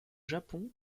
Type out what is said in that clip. japon